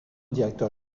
directeur